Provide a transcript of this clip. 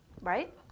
right